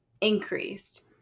increased